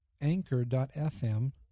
anchor.fm